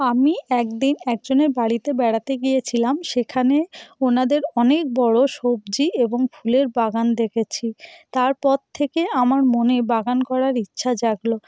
আমি একদিন একজনের বাড়িতে বেড়াতে গিয়েছিলাম সেখানে ওনাদের অনেক বড়ো সবজি এবং ফুলের বাগান দেখেছি তারপর থেকে আমার মনে বাগান করার ইচ্ছা জাগলো